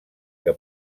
que